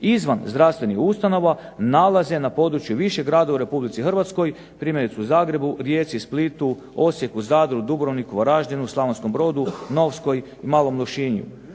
izvan zdravstvenih ustanova nalaze na području više gradova u Republici Hrvatskoj, primjerice u Zagrebu, Rijeci, Splitu, Osijeku, Zadru, Dubrovniku, Varaždinu, Slavonskom brodu, Novskoj i Malom Lošinju.